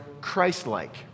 Christ-like